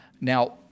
Now